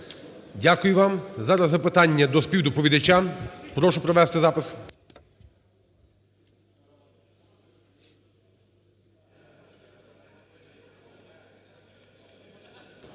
Дякую вам. Зараз запитання до співдоповідача. Прошу провести запис.